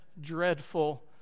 dreadful